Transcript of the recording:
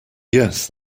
yes